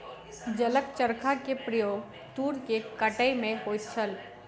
जलक चरखा के प्रयोग तूर के कटै में होइत छल